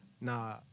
nah